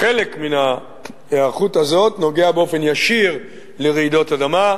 חלק מן ההיערכות הזאת נוגע באופן ישיר לרעידות אדמה.